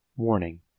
Warning